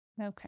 Okay